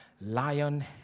lion